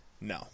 no